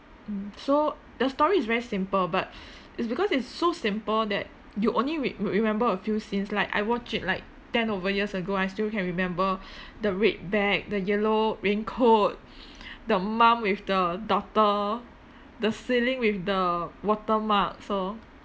mm so the story is very simple but it's because it's so simple that you only re~ remember a few scenes like I watch it like ten over years ago I still can remember the red bag the yellow raincoat the mum with the daughter the ceiling with the water mark so